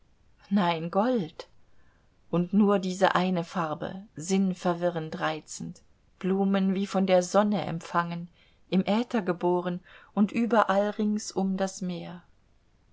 nein gold und nur diese eine farbe sinnverwirrend reizend blumen wie von der sonne empfangen im äther geboren und überall ringsum das meer